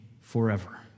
forever